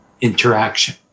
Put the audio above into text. interaction